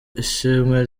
ishimwe